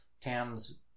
Tam's